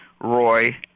Roy